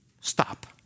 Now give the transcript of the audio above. stop